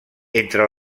entre